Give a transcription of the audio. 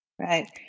Right